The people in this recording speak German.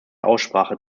aussprache